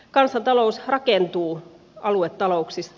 kansantalous rakentuu aluetalouksista